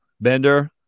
Bender